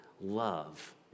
love